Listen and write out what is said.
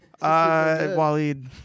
Waleed